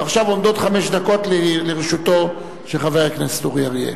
ועכשיו עומדות חמש דקות לרשותו של חבר הכנסת אורי אריאל.